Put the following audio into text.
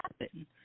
happen